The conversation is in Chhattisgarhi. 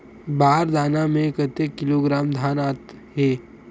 बार दाना में कतेक किलोग्राम धान आता हे?